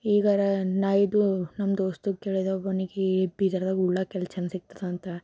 ಈಗಾರು ನಾಇದು ನಮ್ಮ ದೋಸ್ತಗೆ ಕೇಳಿದೆವು ಒಬ್ಬನಿಗೆ ಬೀದರದಾಗ ಉಣ್ಣೋಕ್ಕೆಲ್ಲಿ ಚೆಂದ ಸಿಗ್ತದಂತೆ